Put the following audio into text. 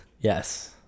Yes